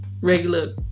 regular